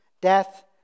Death